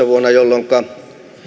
vuonna kaksituhattakaksitoista jolloinka